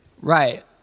Right